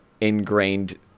ingrained